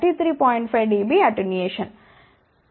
5 dB attenuation